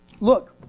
Look